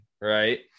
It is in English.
right